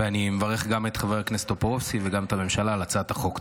ואני מברך גם את חבר הכנסת טופורובסקי וגם את הממשלה על הצעת החוק.